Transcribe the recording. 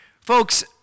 Folks